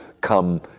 Come